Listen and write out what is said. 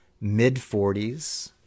mid-40s